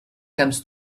comes